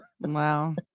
Wow